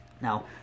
Now